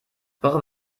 brauche